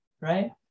right